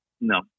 No